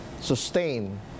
sustain